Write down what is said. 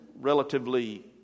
relatively